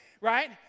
right